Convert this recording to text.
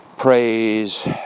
Praise